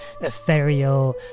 ethereal